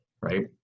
right